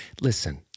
Listen